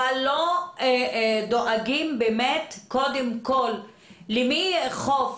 אבל לא דואגים באמת קודם כול שמישהו יאכוף